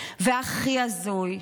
והכי הזוי,